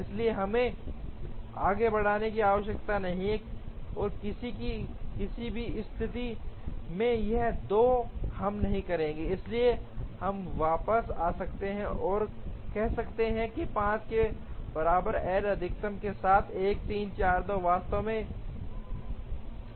इसलिए हमें आगे बढ़ने की आवश्यकता नहीं है और किसी भी स्थिति में ये 2 हम नहीं करेंगे इसलिए हम वापस जा सकते हैं और कहते हैं कि 5 के बराबर एल अधिकतम के साथ 1 3 4 2 वास्तव में इष्टतम है